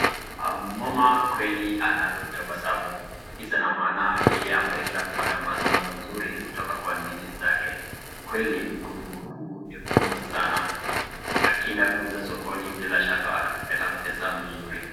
Mama kweli analo tabasamu kisha maana yeye ameweza kupata mazao mazuri kutoka kwa ndizi zake, kweli mkunguu huu ni kubwa sana akienda kuuza sokoni bila shaka atapata pesa mzuri.